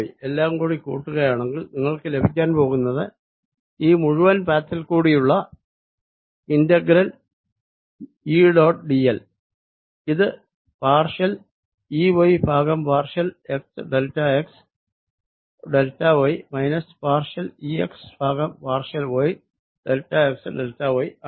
എല്ലാം കൂടി കൂട്ടുകയാണെങ്കിൽ നിങ്ങൾക്ക് ലഭിക്കാൻ പോകുന്നത് ഈ മുഴുവൻ പാത്തിൽ കൂടിയുള്ള ഇന്റഗ്രൽ E ഡോട്ട് dl ഇത് പാർഷ്യൽ E y ഭാഗം partial x delta x delta y minus partial E x ഭാഗം partial y delta x delta y ആണ്